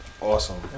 awesome